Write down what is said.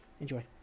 Enjoy